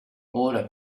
ora